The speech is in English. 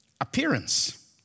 Appearance